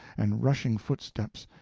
and rushing footsteps,